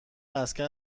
مسکن